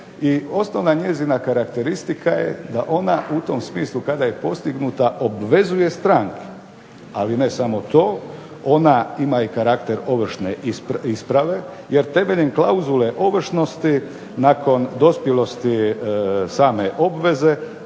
osnovna njezina karakteristika da je ona u tom smislu kada je postignuta obvezuje stranke, ali ne samo to, ona ima karakter ovršne isprave jer temeljem klauzule ovršnosti, nakon dospjelosti same obveze